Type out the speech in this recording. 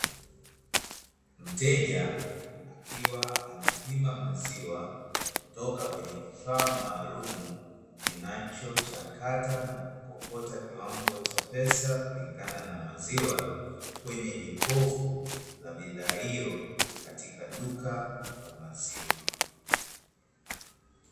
Mteja akiwa anapima maziwa kutoka kwenye kifaa maalumu, kinachochakata na kukokota kiwango cha pesa kulingana na maziwa kwenye jokofu la bidhaa hiyo, katika duka la maziwa.